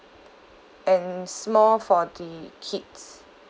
and small for the kids